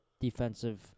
defensive